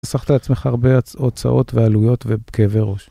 חסכת לעצמך הרבה הצעות ועלויות ובכאבי ראש.